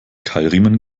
keilriemen